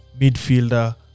midfielder